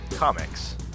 Comics